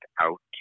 out